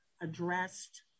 addressed